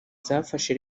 zafashe